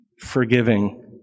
forgiving